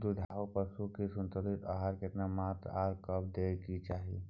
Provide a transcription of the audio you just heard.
दुधारू पशुओं के संतुलित आहार केतना मात्रा में आर कब दैय के चाही?